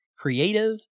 creative